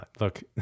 look